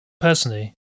personally